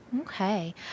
Okay